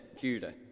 Judah